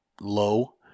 low